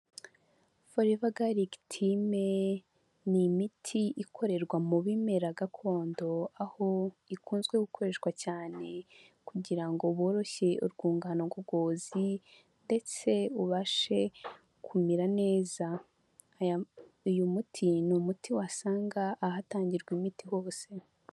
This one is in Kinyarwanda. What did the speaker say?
Forever garlic thyme ni imiti ikorerwa mu bimera gakondo, aho ikun gukoreshwa cyane kugira ngo woroshye urwungano ngogozi ndetse ubashe kumera neza. Uyu muti ni umuti wasanga ahatangirwa imiti hose.